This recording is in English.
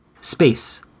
Space